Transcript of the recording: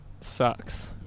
sucks